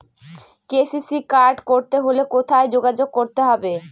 KCC card করতে হলে কোথায় যোগাযোগ করতে হবে?